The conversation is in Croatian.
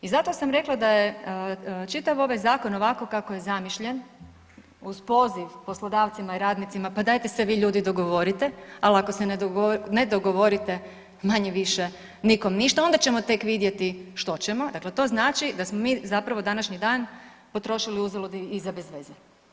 I zato sam rekla da je čitav ovaj zakon ovako kako je zamišljen uz poziv poslodavcima i radnicima pa dajte se vi ljudi dogovorite, ali ako se ne dogovorite manje-više nikom ništa onda ćemo tek vidjeti što ćemo, dakle to znači da smo mi zapravo današnji dan potrošili uzalud i za bez veze.